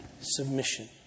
submission